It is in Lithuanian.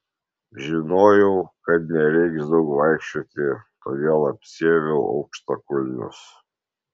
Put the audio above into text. žinojau kad nereiks daug vaikščioti todėl apsiaviau aukštakulnius